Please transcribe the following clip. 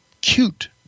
cute